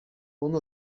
one